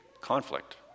conflict